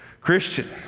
Christian